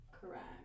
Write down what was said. correct